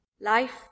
Life